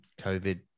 covid